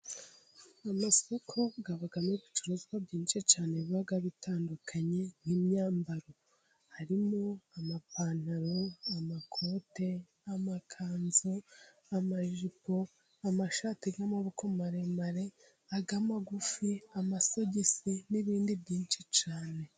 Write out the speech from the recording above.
Amasoko abagamo ibicuruzwa byinshi cyane biba bitandukanye nk'imyambaro harimo amapantaro, amakote n'amakanzu, amajipo, amashati y'amaboko maremare, ay'amagufi, amasogisi n'ibindi byinshi cyane.